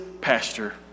pasture